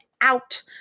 out